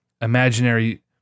imaginary